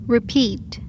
Repeat